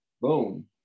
boom